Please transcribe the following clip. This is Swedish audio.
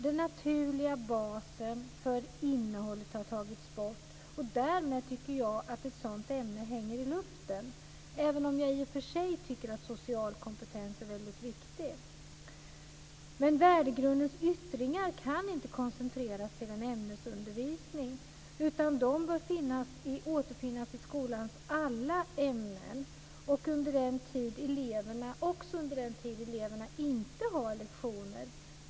Den naturliga basen för innehållet har tagits bort. Därmed hänger ett sådant ämne i luften, även om jag i och för sig tycker att social kompetens är väldigt viktigt. Men värdegrundens yttringar kan inte koncentreras till en ämmnesundervisning, utan de bör återfinnas i skolans alla ämnen också under den tid som eleverna inte har lektioner.